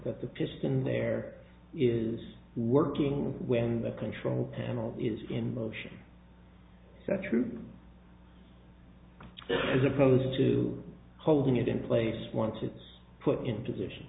that the piston there is working when the control panel is in motion that's true as opposed to holding it in place once it's put in position